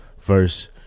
verse